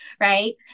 Right